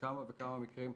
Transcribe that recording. בכמה וכמה מקרים,